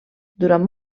durant